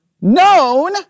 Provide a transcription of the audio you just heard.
known